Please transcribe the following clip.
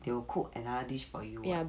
they will cook another dish for you [what]